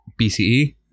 BCE